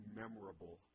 memorable